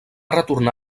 retornar